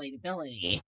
relatability